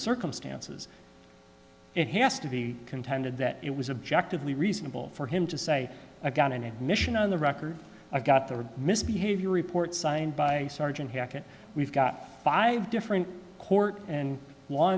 circumstances it has to be contended that it was objective lee reasonable for him to say i've got an admission on the record i've got the misbehavior report signed by sergeant hackett we've got five different court and law